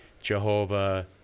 Jehovah